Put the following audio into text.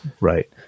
Right